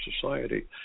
society